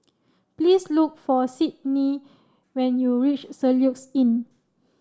please look for Sydni when you reach Soluxe Inn